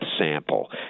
sample